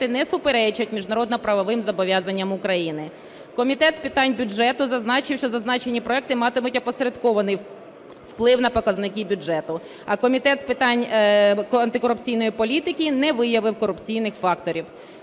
не суперечать міжнародно-правовим зобов'язанням України. Комітет з питань бюджету зазначив, що зазначені проекти матимуть опосередкований вплив на показники бюджету. А Комітет з питань антикорупційної політики не виявив корупційних факторів.